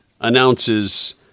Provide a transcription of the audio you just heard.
announces